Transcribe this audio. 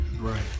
Right